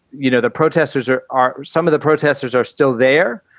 you know, the protesters are are some of the protesters are still there.